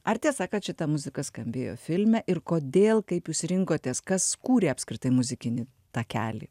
ar tiesa kad šita muzika skambėjo filme ir kodėl kaip jūs rinkotės kas kūrė apskritai muzikinį takelį